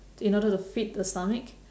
in order to feed the stomach